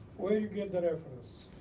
where did you get the reference?